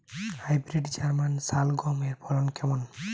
Hybrid German শালগম এর ফলন কেমন?